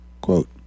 Quote